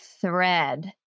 thread